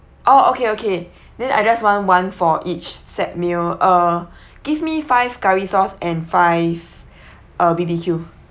oh okay okay then I just want one for each s~ set meal uh give me five curry sauce and five uh B_B_Q